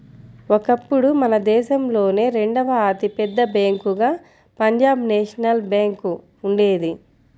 ఒకప్పుడు మన దేశంలోనే రెండవ అతి పెద్ద బ్యేంకుగా పంజాబ్ నేషనల్ బ్యేంకు ఉండేది